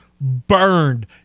Burned